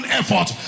effort